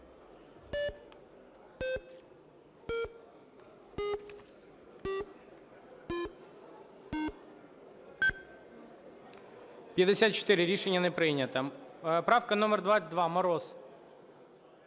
За-54 Рішення не прийнято. Правка номер 22, Мороз.